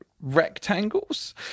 rectangles